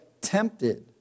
tempted